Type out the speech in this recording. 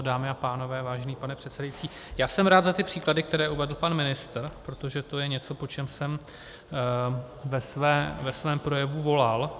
Dámy a pánové, vážený pane předsedající, já jsem rád za ty příklady, které uvedl pan ministr, protože to je něco, po čem jsem ve svém projevu volal.